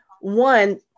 one